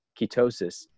ketosis